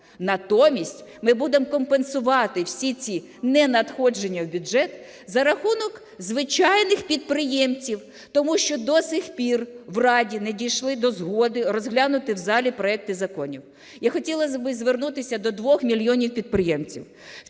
Натомість ми будемо компенсувати всі ці ненадходження в бюджет за рахунок звичайних підприємців, тому що до сих пір в Раді не дійшли до згоди розглянути в залі проекти законів. Я хотіла би звернутися до 2 мільйонів підприємців.